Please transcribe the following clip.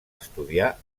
estudiar